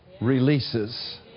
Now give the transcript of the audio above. releases